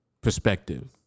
perspective